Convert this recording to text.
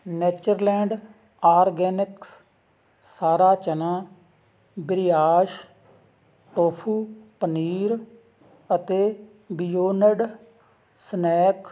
Natureland Organics ਸਾਰਾ ਚਨਾ ਬਰਿਆ ਟੋਫੂ ਪਨੀਰ ਅਤੇ ਬਿਓਨਡ ਸਨੈਕ